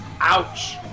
Ouch